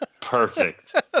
Perfect